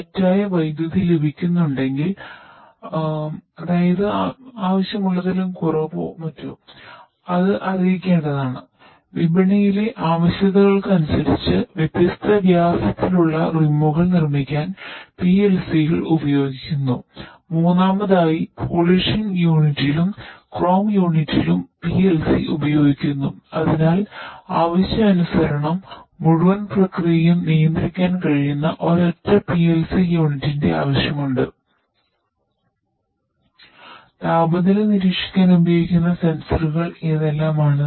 താപനില നിരീക്ഷിക്കാൻ ഉപയോഗിക്കുന്ന സെൻസറുകൾ ഏതെല്ലാമാണ്